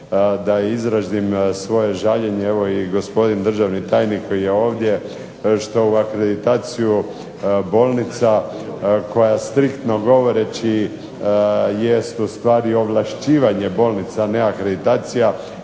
da izrazim svoje žaljenje evo i gospodin državni tajnik je ovdje što u akreditaciju bolnica koja striktno govoreći jest u stvari ovlašćivanje bolnica neakreditacija